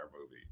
movie